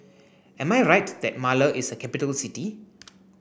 am I right that Male is a capital city